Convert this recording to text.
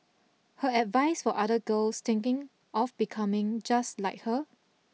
her advice for other girls thinking of becoming just like her